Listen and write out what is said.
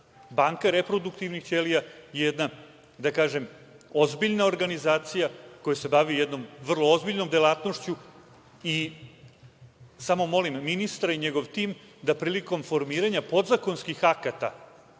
Banka reproduktivnih ćelija je jedna, da kažem, ozbiljna organizacija koja se bavi jednom vrlo ozbiljnom delatnošću. Samo molim ministra i njegov tim da prilikom formiranja podzakonskih akata,